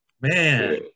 Man